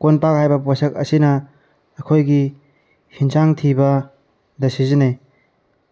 ꯀꯣꯝꯄꯥꯛ ꯍꯥꯏꯕ ꯄꯣꯠꯁꯛ ꯑꯁꯤꯅ ꯑꯩꯈꯣꯏꯒꯤ ꯌꯦꯟꯁꯥꯡ ꯊꯤꯕꯗ ꯁꯤꯖꯤꯟꯅꯩ